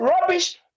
rubbish